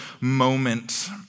moment